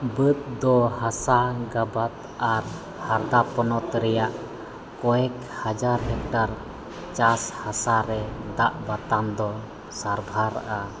ᱵᱟᱹᱫᱽ ᱫᱚ ᱦᱟᱥᱟ ᱜᱟᱵᱟᱫᱽ ᱟᱨ ᱦᱟᱨᱫᱟ ᱯᱚᱱᱚᱛ ᱨᱮᱭᱟᱜ ᱠᱚᱭᱮᱠ ᱦᱟᱡᱟᱨ ᱦᱮᱠᱴᱚᱨ ᱪᱟᱥ ᱦᱟᱥᱟᱨᱮ ᱫᱟᱜ ᱵᱟᱛᱟᱱ ᱠᱚ ᱥᱟᱨᱵᱷᱟᱨᱟ